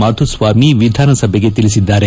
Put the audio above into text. ಮಾಧುಸ್ವಾಮಿ ವಿಧಾನಸಭೆಗೆ ತಿಳಿಸಿದರು